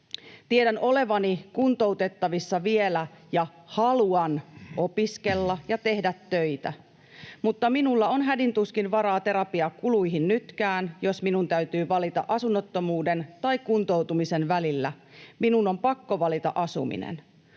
Tiedän olevani kuntoutettavissa vielä ja haluan opiskella ja tehdä töitä, mutta minulla on hädin tuskin varaa terapiakuluihin nytkään. Jos minun täytyy valita asunnottomuuden tai kuntoutumisen välillä, minun on pakko valita asuminen.